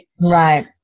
Right